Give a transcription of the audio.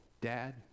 Dad